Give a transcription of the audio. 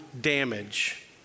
damage